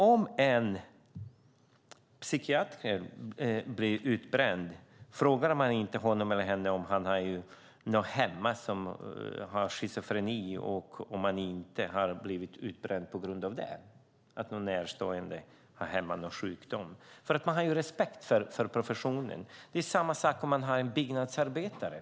Om en psykiater blir utbränd frågar man inte honom eller henne om han eller hon har någon hemma som har schizofreni och om han eller hon inte har blivit utbränd på grund av det eller att någon närstående hemma har någon sjukdom. Man har ju respekt för professionen. Det är samma sak med en byggnadsarbetare.